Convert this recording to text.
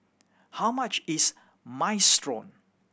how much is Minestrone